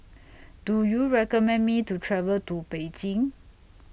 Do YOU recommend Me to travel to Beijing